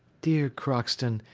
dear crockston,